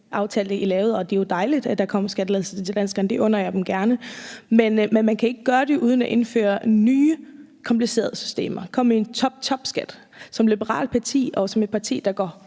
aftale, I lavede. Det er jo dejligt, at der kommer skattelettelser til danskerne – det under jeg dem gerne – men man kan ikke gøre det uden at indføre nye komplicerede systemer og komme med en toptopskat. Da vi er et liberalt parti og et parti, der går